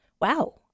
Wow